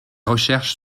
recherche